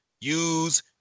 use